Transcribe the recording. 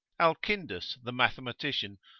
alkindus the mathematician,